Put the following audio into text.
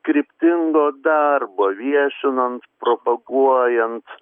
kryptingo darbo viešinom propaguojant